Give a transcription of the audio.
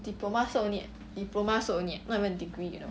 diploma cert only eh diploma cert only eh not even degree you know